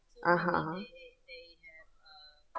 (uh huh)